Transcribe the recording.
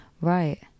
Right